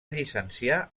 llicenciar